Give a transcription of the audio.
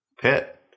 Pit